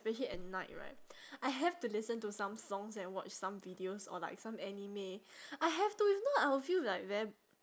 especially at night right I have to listen to some songs and watch some videos or like some anime I have to if not I will feel like very